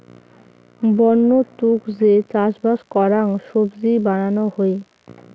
বন্য তুক যে চাষবাস করাং সবজি বানানো হই